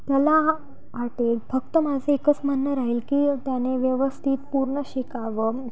त्याला वाटेत फक्त माझं एकच म्हणणं राहील की त्याने व्यवस्थित पूर्ण शिकावं